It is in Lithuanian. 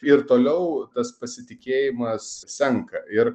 ir toliau tas pasitikėjimas senka ir